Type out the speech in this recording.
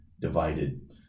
divided